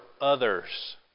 others